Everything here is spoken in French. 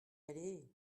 aller